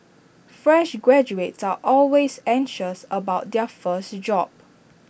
fresh graduates are always anxious about their first job